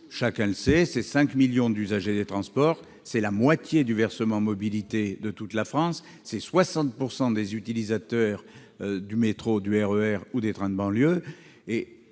chacun le sait, c'est 5 millions d'usagers des transports ; c'est la moitié du versement mobilité de toute la France ; c'est 60 % des utilisateurs du métro, du RER et des trains de banlieue.